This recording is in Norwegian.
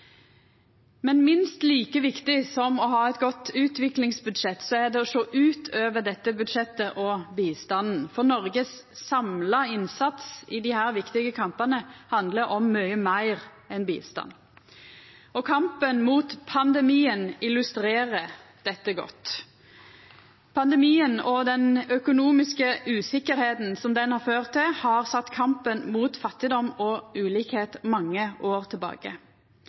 Minst like viktig som å ha eit godt utviklingsbudsjett er det å sjå ut over dette budsjettet og bistanden, for Noregs samla innsats i desse viktige kampane handlar om mykje meir enn bistand. Kampen mot pandemien illustrerer dette godt. Pandemien og den økonomiske usikkerheita som den har ført til, har sett kampen mot fattigdom og ulikskap mange år tilbake.